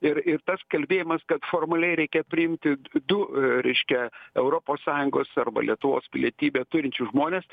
ir ir tas kalbėjimas kad formaliai reikia priimti d du reiškia europos sąjungos arba lietuvos pilietybę turinčius žmones